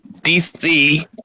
DC